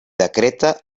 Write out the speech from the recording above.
decreta